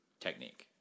technique